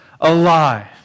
alive